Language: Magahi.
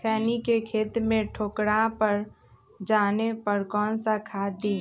खैनी के खेत में ठोकरा पर जाने पर कौन सा खाद दी?